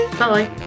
bye